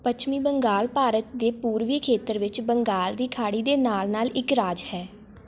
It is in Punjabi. ਪੱਛਮੀ ਬੰਗਾਲ ਭਾਰਤ ਦੇ ਪੂਰਬੀ ਖੇਤਰ ਵਿੱਚ ਬੰਗਾਲ ਦੀ ਖਾੜੀ ਦੇ ਨਾਲ ਨਾਲ ਇੱਕ ਰਾਜ ਹੈ